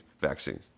vaccine